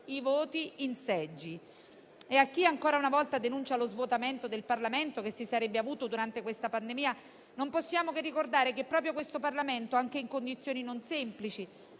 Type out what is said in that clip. i voti in seggi. A chi ancora una volta denuncia lo svuotamento del Parlamento che si sarebbe avuto durante la pandemia, non possiamo che ricordare che proprio il Parlamento anche in condizioni non semplici